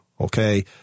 okay